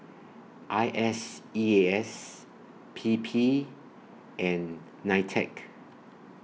I S E A S P P and NITEC